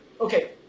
okay